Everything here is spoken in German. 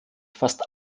fast